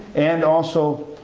and also